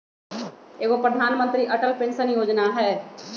एगो प्रधानमंत्री अटल पेंसन योजना है?